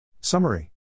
Summary